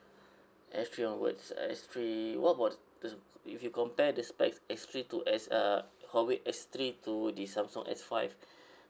S three onwards uh S three what was the if you compare the specs S three to S uh huawei S three to the samsung S five